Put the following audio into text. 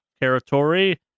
territory